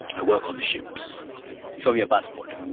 i work on the ships show me your passport